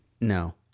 no